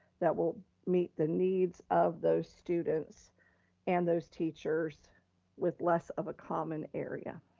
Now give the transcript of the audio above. that will meet the needs of those students and those teachers with less of a common area.